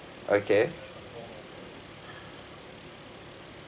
okay